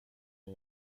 jag